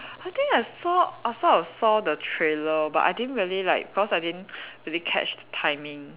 I think I saw I saw I saw the trailer but I didn't really like because I didn't really catch the timing